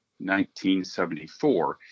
1974